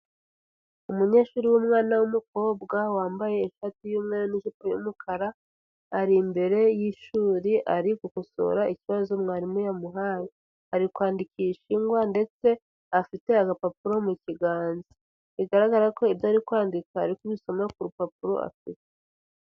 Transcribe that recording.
Umunyeshuri w'umwana w'umukobwa, wambaye ishati y'umweru n'ijipo y'umukara. Ari imbere y'ishuri, ari gukosora ikibazo mwarimu yamuhaye. Ari kwandikisha ingwa, ndetse, afite agapapuro mu kiganza. Bigaragara ko ibyo ari kwandika, ari kubisoma ku rupapuro afite.